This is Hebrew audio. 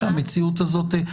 שהמציאות הזאת,